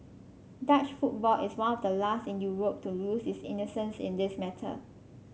Dutch football is one of the last in Europe to lose its innocence in this matter